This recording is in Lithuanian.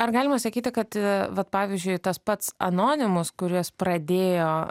ar galima sakyti kad vat pavyzdžiui tas pats anonimus kuris pradėjo